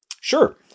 Sure